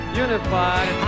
unified